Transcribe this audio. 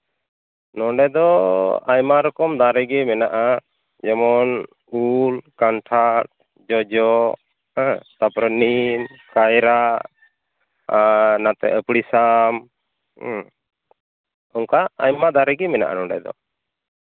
ᱱᱚᱰᱮ ᱫᱚ ᱟᱭᱢᱟ ᱨᱚᱠᱚᱢ ᱫᱟᱨᱮᱜᱮ ᱢᱮᱱᱟᱜᱼᱟ ᱡᱮᱢᱚᱱ ᱩᱞ ᱠᱟᱱᱴᱷᱟᱲ ᱡᱚᱡᱚ ᱦᱮᱸ ᱛᱟᱨᱯᱚᱨᱮ ᱱᱤᱢ ᱠᱟᱭᱨᱟ ᱟᱨ ᱱᱚᱛᱮ ᱟᱯᱲᱤᱥᱟᱢ ᱚᱱᱠᱟ ᱟᱭᱢᱟ ᱫᱟᱨᱮᱜᱮ ᱢᱮᱱᱟᱜᱼᱟ ᱚᱱᱟᱫᱚ